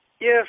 Yes